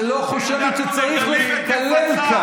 אתה אומר שאנחנו מקללים,